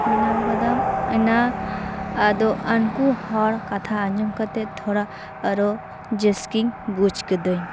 ᱵᱮᱱᱟᱣ ᱠᱟᱫᱟᱢ ᱚᱱᱟ ᱟᱫᱚ ᱩᱱᱠᱩ ᱦᱚᱲ ᱠᱟᱛᱷᱟ ᱟᱸᱡᱚᱢ ᱠᱟᱛᱮ ᱛᱷᱚᱲᱟ ᱟᱨᱚ ᱡᱟᱹᱥᱠᱤᱧ ᱵᱩᱡ ᱠᱤᱫᱟᱹᱧ